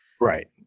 right